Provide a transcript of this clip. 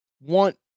want